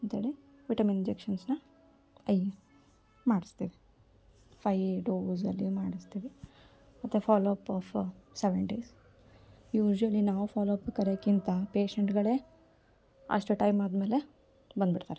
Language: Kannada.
ಅಂತೇಳಿ ವಿಟಮಿನ್ ಇಂಜೆಕ್ಷನ್ಸ್ನ ಮಾಡ್ಸ್ತೀವಿ ಫೈಯ್ ಡೋಸಸಲ್ಲಿ ಮಾಡಿಸ್ತೀವಿ ಮತ್ತೆ follow up of seven days usually ನಾವು ಫಾಲೋ ಅಪ್ ಕರೆಯೋಕ್ಕಿಂತ ಪೇಶೆಂಟ್ಗಳೇ ಅಷ್ಟು ಟೈಮ್ ಆದ ಮೇಲೆ ಬಂದ್ಬಿಡ್ತಾರೆ